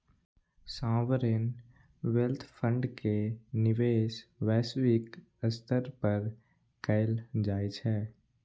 sovereign wealth fund के निवेश वैश्विक स्तर पर कैल जाइ छै